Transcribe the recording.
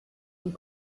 und